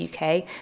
UK